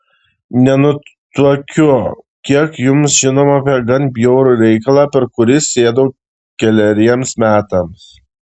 nenutuokiu kiek jums žinoma apie gan bjaurų reikalą per kurį sėdau keleriems metams